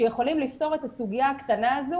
שיכולים לפתור את הסוגיה הקטנה הזו